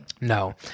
No